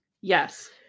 Yes